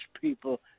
people